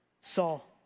Saul